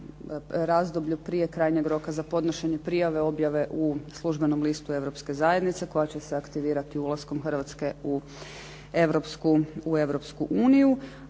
razdoblju prije krajnjeg za podnošenja prijave objave u službenom listu Europske zajednice koja će se aktivirati ulaskom Hrvatske u Europsku uniju.